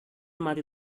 mati